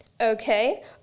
Okay